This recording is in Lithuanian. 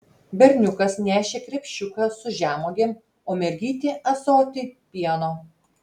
berniukas nešė krepšiuką su žemuogėm o mergytė ąsotį pieno